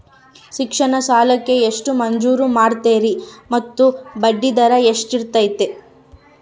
ಶಿಕ್ಷಣ ಸಾಲಕ್ಕೆ ಎಷ್ಟು ಮಂಜೂರು ಮಾಡ್ತೇರಿ ಮತ್ತು ಬಡ್ಡಿದರ ಎಷ್ಟಿರ್ತೈತೆ?